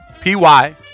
P-Y